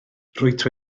rwyt